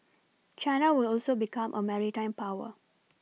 China will also become a maritime power